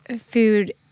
food